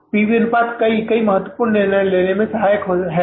P V अनुपात कई कई महत्वपूर्ण निर्णय लेने में बहुत सहायक है